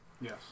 Yes